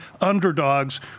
underdogs